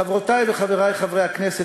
חברותי וחברי חברי הכנסת,